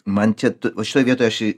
man čia va šitoj vietoj aš į